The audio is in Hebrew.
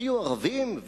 היו הערבים,